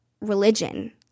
religion